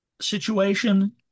situation